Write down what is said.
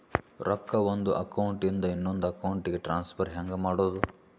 ರೊಕ್ಕ ಒಂದು ಅಕೌಂಟ್ ಇಂದ ಇನ್ನೊಂದು ಅಕೌಂಟಿಗೆ ಟ್ರಾನ್ಸ್ಫರ್ ಹೆಂಗ್ ಮಾಡೋದು?